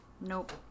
nope